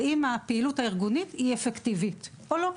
האם הפעילות הארגונית היא אפקטיבית או לא.